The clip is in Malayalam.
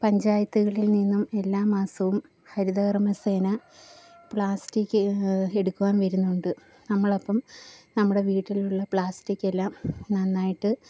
പഞ്ചായത്തുകളിൽ നിന്നും എല്ലാ മാസവും ഹരിതകർമ്മസേന പ്ലാസ്റ്റിക് എടുക്കുവാൻ വരുന്നുണ്ട് നമ്മളപ്പം നമ്മുടെ വീട്ടിലുള്ള പ്ലാസ്റ്റിക്കെല്ലാം നന്നായിട്ട്